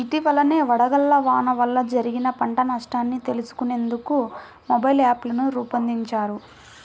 ఇటీవలనే వడగళ్ల వాన వల్ల జరిగిన పంట నష్టాన్ని తెలుసుకునేందుకు మొబైల్ యాప్ను రూపొందించారు